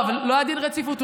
לא היה דין רציפות?